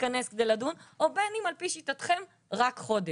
להתכנס כדי לדון, או בין אם על פי שיטתכם רק חודש.